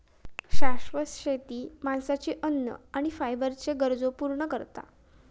शाश्वत शेती माणसाची अन्न आणि फायबरच्ये गरजो पूर्ण करता